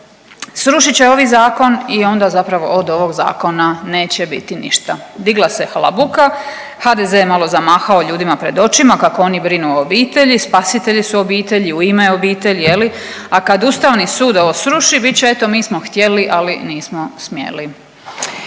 srušit će ovi zakon i onda zapravo od ovog zakona neće biti ništa. Digla se halabuka, HDZ je malo zamahao ljudima pred očima kako oni brinu o obitelji, spasitelji su obitelji, u ime obitelji je li, a kad Ustavni sud ovo sruši bit će eto mi smo htjeli, ali nismo smjeli.